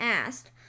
asked